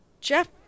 Jeff